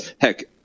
heck –